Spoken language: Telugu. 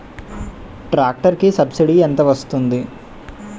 ట్రాక్టర్ కి సబ్సిడీ ఎంత వస్తుంది?